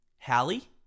Hallie